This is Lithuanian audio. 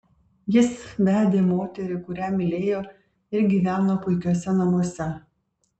jis vedė moterį kurią mylėjo ir gyveno puikiuose namuose